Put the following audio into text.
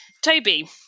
Toby